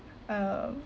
um